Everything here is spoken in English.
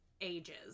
ages